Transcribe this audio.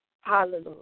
Hallelujah